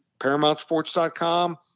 ParamountSports.com